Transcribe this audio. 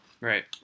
Right